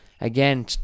Again